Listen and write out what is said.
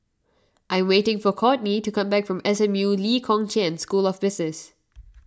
I am waiting for Kortney to come back from S M U Lee Kong Chian School of Business